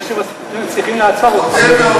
בתנאי שמצליחים לעצור אותך.